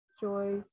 joy